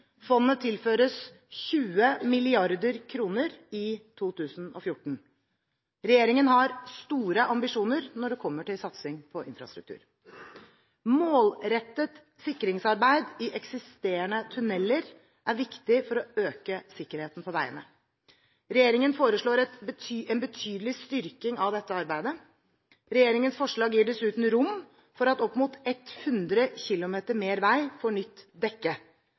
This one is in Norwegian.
Fondet tilføres 20 mrd. kr i 2014. Regjeringen har store ambisjoner når det kommer til satsning på infrastruktur. Målrettet sikringsarbeid i eksisterende tunneler er viktig for å øke sikkerheten på veiene. Regjeringen foreslår en betydelig styrking av dette arbeidet. Regjeringens forslag gir dessuten rom for at opp mot 100 km mer vei får nytt dekke.